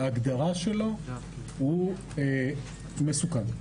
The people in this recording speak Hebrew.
בהגדרה שלו הוא מסוכן.